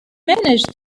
managed